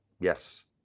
Yes